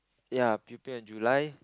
ya p_o_p on July